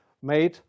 made